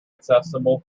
accessible